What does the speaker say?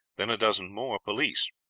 then a dozen more police.